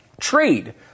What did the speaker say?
trade